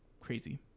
crazy